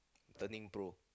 turning pro